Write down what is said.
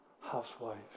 housewife